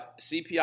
CPI